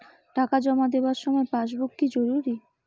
টাকা জমা দেবার সময় পাসবুক কি জরুরি?